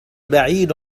بعيد